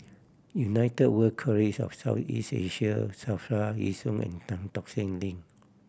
United World College of South East Asia SAFRA Yishun and Tan Tock Seng Link